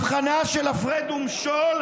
הבחנה של הפרד ומשול,